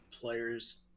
players